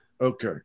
Okay